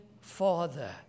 father